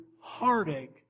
heartache